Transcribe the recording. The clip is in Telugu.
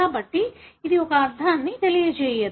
కాబట్టి ఇది ఒక అర్థాన్ని తెలియజేయదు